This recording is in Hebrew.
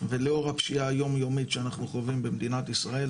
ולאור הפשיעה היום יומית שאנחנו חווים במדינת ישראל,